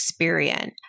Experian